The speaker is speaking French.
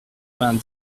vingt